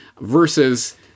versus